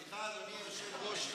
סליחה אדוני היושב-ראש.